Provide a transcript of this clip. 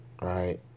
right